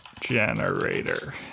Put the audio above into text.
generator